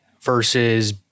versus